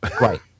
Right